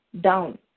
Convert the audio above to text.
down